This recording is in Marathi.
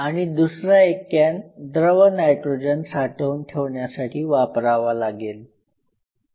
आणि दूसरा एक कॅन द्रव नायट्रोजन साठवून ठेवण्यासाठी वापरावा लागेल